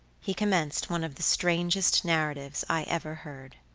he commenced one of the strangest narratives i ever heard.